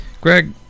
Greg